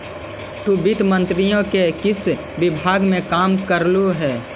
तु वित्त मंत्रित्व के किस विभाग में काम करलु हे?